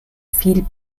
viel